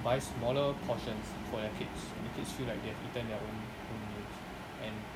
buy smaller portions for their kids where the kids feel like they've eaten their own own meal and